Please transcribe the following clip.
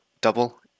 double